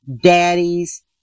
daddies